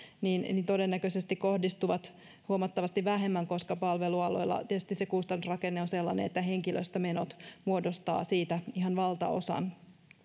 niin todennäköisesti sinne tämä kohdistuu huomattavasti vähemmän koska palvelualoilla tietysti se kustannusrakenne on sellainen että henkilöstömenot muodostavat siitä ihan valtaosan